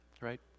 Right